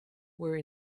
were